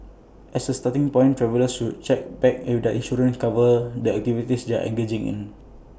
as A starting point travellers should check that if their insurance covers the activities they are engaging in